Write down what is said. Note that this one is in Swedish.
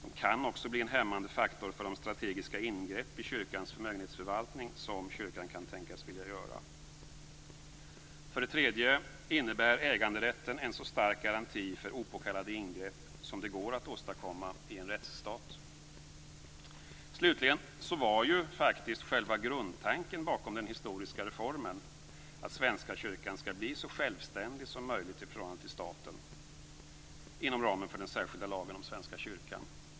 De kan också bli en hämmande faktor för de strategiska ingrepp i kyrkans förmögenhetsförvaltning som kyrkan kan tänkas vilja göra. · För det tredje innebär äganderätten en så stark garanti för opåkallade ingrepp som det går att åstadkomma i en rättsstat. Slutligen var ju själva grundtanken bakom den historiska reformen att Svenska kyrkan skulle bli så självständig som möjligt i förhållande till staten inom ramen för den särskilda lagen om Svenska kyrkan.